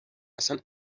اصن